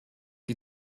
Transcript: die